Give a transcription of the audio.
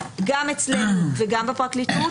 גם אצלנו וגם בפרקליטות.